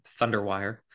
Thunderwire